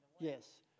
Yes